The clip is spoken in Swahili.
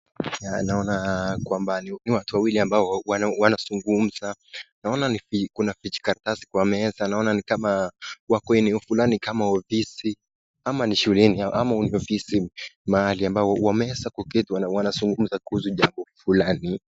Naona kwamba ni watu wawili ambao wanazungumza. Naona kuna vijikaratasi kwa meza, naona ni kama wako eneo fulani kama ofisi, ama ni shuleni ama ni ofisi mahali ambao wameweza kuketi wanazungumza kuhusu jambo fulani.